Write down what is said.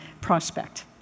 Prospect